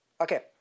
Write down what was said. Okay